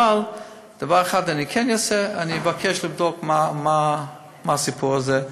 אבל דבר אחד אני כן אעשה: אני אבקש לבדוק מה הסיפור הזה,